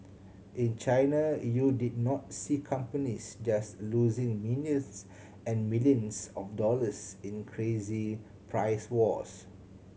in China you did not see companies just losing millions and millions of dollars in crazy price wars